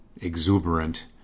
exuberant